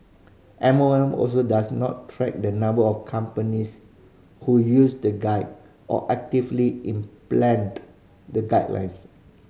M O M also does not track the number of companies who use the guide or actively the guidelines